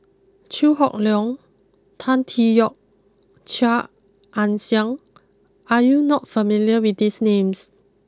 Chew Hock Leong Tan Tee Yoke and Chia Ann Siang are you not familiar with these names